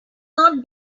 not